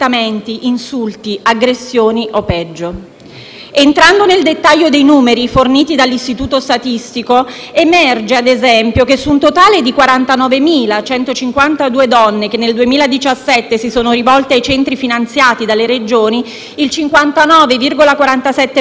Entrando nel dettaglio dei numeri forniti dall'istituto statistico, emerge ad esempio che su un totale di 49.152 donne, che nel 2017 si sono rivolte ai centri finanziati dalle Regioni, il 59,47 per cento ha iniziato un percorso di uscita dalla violenza,